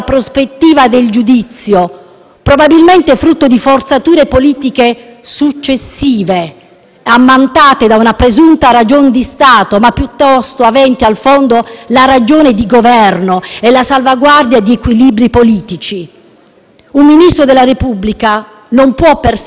ammantate da una presunta ragion di Stato, ma - piuttosto - aventi al fondo la ragione di Governo e la salvaguardia di equilibri politici? Un Ministro della Repubblica non può perseguire interessi di parte, travalicando precisi limiti di ordine costituzionale e sovranazionale,